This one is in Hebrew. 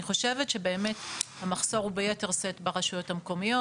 אני חושבת שבאמת המחסור הוא ביתר שאת ברשויות המקומיות.